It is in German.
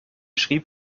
schrieb